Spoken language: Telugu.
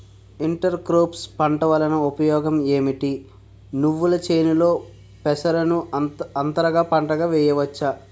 ఇంటర్ క్రోఫ్స్ పంట వలన ఉపయోగం ఏమిటి? నువ్వుల చేనులో పెసరను అంతర పంటగా వేయవచ్చా?